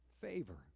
favor